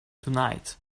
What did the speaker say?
tonight